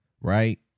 right